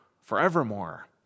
forevermore